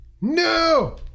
No